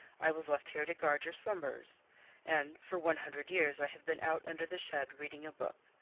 i was left here to guard your slumbers and for one hundred years i have been out under the shed reading a book.